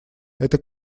это